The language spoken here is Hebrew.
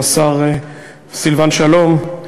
השר סילבן שלום,